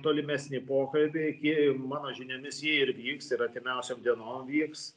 tolimesni pokalbiai i mano žiniomis jie ir vyks ir artimiausiom dienom vyks